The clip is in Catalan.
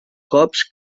cops